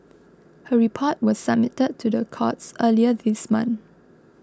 her report was submitted to the courts earlier this month